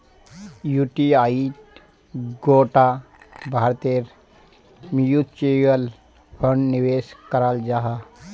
युटीआईत गोटा भारतेर म्यूच्यूअल फण्ड निवेश कराल जाहा